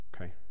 Okay